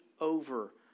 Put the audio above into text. over